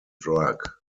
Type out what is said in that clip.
drug